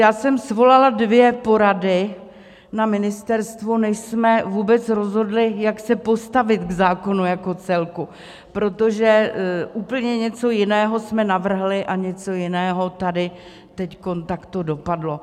Já jsem svolala dvě porady na ministerstvu, než jsme vůbec rozhodli, jak se postavit k zákonu jako celku, protože úplně něco jiného jsme navrhli a něco jiného tady teď takto dopadlo.